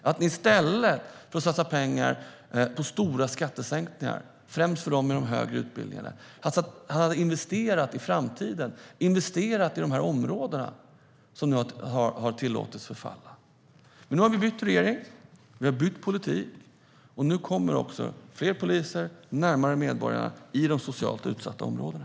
I stället för att satsa pengar på stora skattesänkningar, främst för dem med de högre utbildningarna, hade ni kunnat investera i framtiden, investera i dessa områden som ni tillät förfalla. Nu har vi bytt regering. Vi har bytt politik. Nu kommer fler poliser närmare medborgarna i de socialt utsatta områdena.